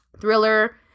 Thriller